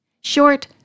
Short